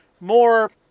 more